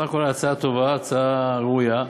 סך הכול ההצעה טובה, הצעה ראויה.